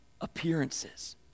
appearances